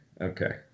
okay